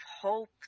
hope